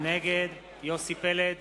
נגד יוסי פלד,